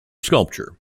sculpture